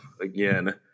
again